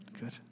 Good